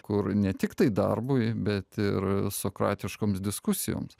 kur ne tiktai darbui bet ir sokratiškoms diskusijoms